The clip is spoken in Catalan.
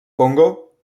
congo